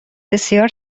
بسیار